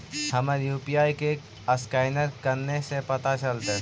हमर यु.पी.आई के असकैनर कने से पता चलतै?